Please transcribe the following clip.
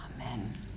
Amen